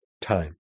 time